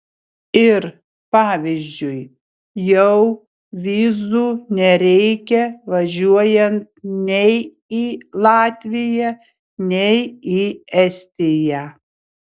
ir pavyzdžiui jau vizų nereikia važiuojant nei į latviją nei į estiją